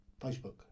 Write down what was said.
Facebook